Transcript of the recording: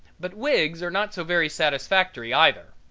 but wigs are not so very satisfactory either.